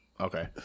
Okay